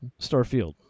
Starfield